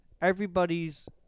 Everybody's